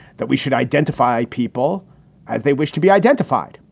that we should identify people as they wish to be identified.